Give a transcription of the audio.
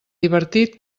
divertit